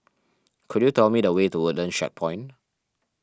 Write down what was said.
could you tell me the way to Woodlands Checkpoint